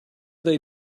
they